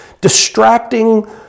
distracting